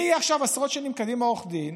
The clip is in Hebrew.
מי יהיה עכשיו עשרות שנים קדימה עורך דין,